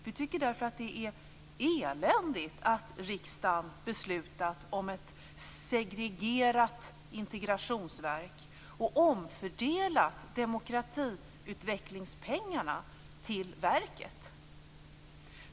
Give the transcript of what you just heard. Vi tycker därför att det är eländigt att riksdagen beslutat om ett segregerat integrationsverk och omfördelat demokratiutvecklingspengarna till verket.